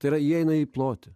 tai yra įeina į plotį